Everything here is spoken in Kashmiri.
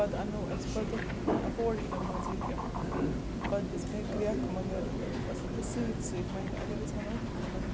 پَتہٕ اَنو اَسہِ پَتہٕ ہوٹلہٕ منٛزٕے تِم پَتہٕ دِژ مےٚ گریکھ مگر ٲسٕس بہٕ سۭتۍ سۭتۍ وَنۍ اگر أسۍ وَنو مطلب